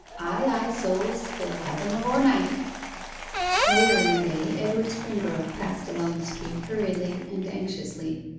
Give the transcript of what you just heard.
ay, ay, so's they'll have him avore night later in the day edward springrove passed along the street hurriedly and anxiously.